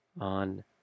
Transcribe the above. on